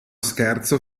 scherzo